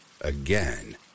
again